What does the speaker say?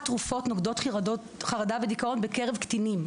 תרופות נוגדות חרדה ודיכאון בקרב קטינים.